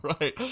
Right